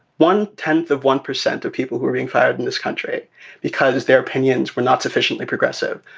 one tenth of one percent of people who are being fired in this country because their opinions were not sufficiently progressive,